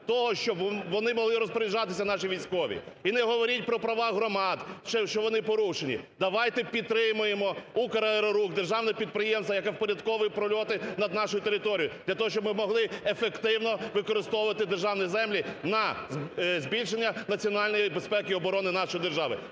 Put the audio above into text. того, щоб вони могли розпоряджатися, наші військові. І не говоріть про права громад, що вони порушені. Давайте підтримаємо "Украерорух", державне підприємство, яке впорядковує прольоти над нашою територією, для того, щоб ми могли ефективно виконувати використовувати державні землі на збільшення національної безпеки і оборони нашої держави.